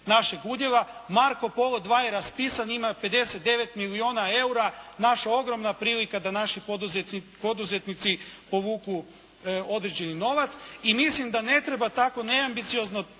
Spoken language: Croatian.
našeg udjela. "Marko Polo 2" je raspisan, ima 59 milijuna eura, naša ogromna prilika da naši poduzetnici povuku određeni novac i mislim da ne treba tako neambiciozno